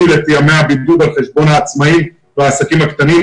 את ימי הבידוד על חשבון העצמאים והעסקים הקטנים.